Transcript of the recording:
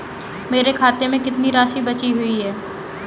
मेरे खाते में कितनी राशि बची हुई है?